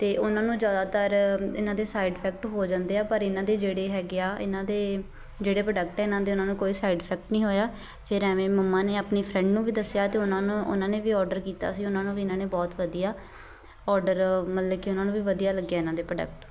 ਅਤੇ ਉਹਨਾਂ ਨੂੰ ਜ਼ਿਆਦਾਤਰ ਇਹਨਾਂ ਦੇ ਸਾਈਡ ਇਫੈਕਟ ਹੋ ਜਾਂਦੇ ਆ ਪਰ ਇਹਨਾਂ ਦੇ ਜਿਹੜੇ ਹੈਗੇ ਆ ਇਹਨਾਂ ਦੇ ਜਿਹੜੇ ਪ੍ਰੋਡਕਟ ਇਹਨਾਂ ਦੇ ਉਹਨਾਂ ਨੂੰ ਕੋਈ ਸਾਈਡ ਇਫੈਕਟ ਨਹੀਂ ਹੋਇਆ ਫਿਰ ਐਵੇਂ ਮੰਮਾ ਨੇ ਆਪਣੀ ਫਰੈਂਡ ਨੂੰ ਵੀ ਦੱਸਿਆ ਅਤੇ ਉਹਨਾਂ ਨੂੰ ਉਹਨਾਂ ਨੇ ਵੀ ਔਡਰ ਕੀਤਾ ਸੀ ਉਹਨਾਂ ਨੂੰ ਵੀ ਇਹਨਾਂ ਨੇ ਬਹੁਤ ਵਧੀਆ ਔਡਰ ਮਤਲਬ ਕਿ ਉਹਨਾਂ ਨੂੰ ਵੀ ਵਧੀਆ ਲੱਗਿਆ ਇਹਨਾਂ ਦੇ ਪ੍ਰੋਡਕਟ